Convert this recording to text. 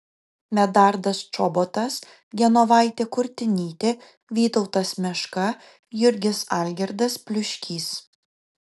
medardas čobotas genovaitė kurtinytė vytautas meška jurgis algirdas pliuškys